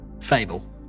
Fable